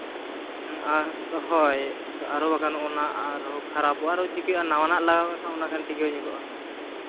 ᱦᱮᱸ ᱦᱳᱭ ᱟᱨᱚ ᱵᱟᱝᱠᱷᱟᱱ ᱚᱱᱟ ᱟᱨᱦᱚᱸ ᱠᱷᱟᱨᱟᱯᱚᱜᱼᱟ ᱟᱨᱦᱚᱸ ᱪᱤᱠᱟᱹᱜᱼᱟ ᱱᱟᱣᱟᱱᱟᱜ ᱞᱟᱜᱟᱣ ᱞᱮᱠᱷᱟᱱ ᱚᱱᱟ ᱠᱷᱟᱱ ᱴᱤᱠᱟᱹᱣ ᱧᱚᱜᱚᱜ ᱠᱟᱱᱟ